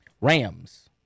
Rams